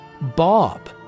Bob